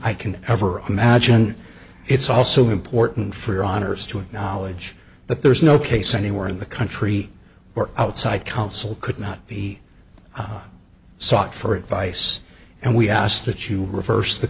i can ever imagine it's also important for your honour's to acknowledge that there is no case anywhere in the country or outside counsel could not be sought for advice and we ask that you reverse the